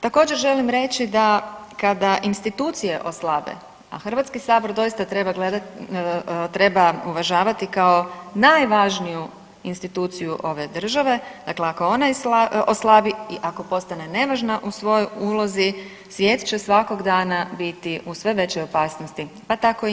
Također želim reći da kada institucije oslabe, a HS doista treba uvažavati kao najvažniju instituciju ove države, dakle ako ona oslabi i ako postane nevažna u svojoj ulozi svijete će svakog dana biti u sve većoj opasnosti pa tako i mi.